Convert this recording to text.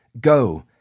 Go